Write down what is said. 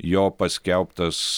jo paskelbtas